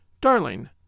Darling